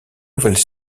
nouvelles